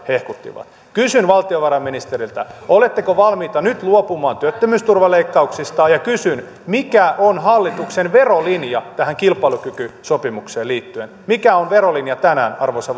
hehkuttivat kysyn valtiovarainministeriltä oletteko valmiita nyt luopumaan työttömyysturvaleikkauksista ja kysyn mikä on hallituksen verolinja tähän kilpailukykysopimukseen liittyen mikä on verolinja tänään arvoisa